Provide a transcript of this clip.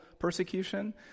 persecution